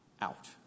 out